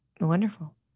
Wonderful